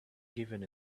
given